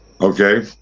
Okay